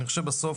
אני חושב שבסוף,